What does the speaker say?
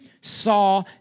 saw